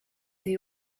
the